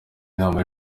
inama